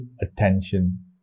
attention